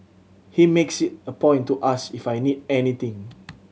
he makes it a point to ask if I need anything